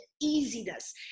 easiness